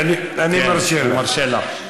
כן, אני מרשה לך.